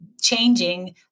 changing